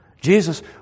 Jesus